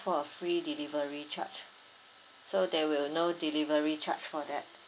for a free delivery charge so there will no delivery charge for that